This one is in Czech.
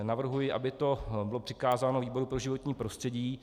Navrhuji, aby to bylo přikázáno výboru pro životní prostředí.